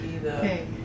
Okay